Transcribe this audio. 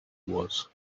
was